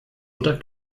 oder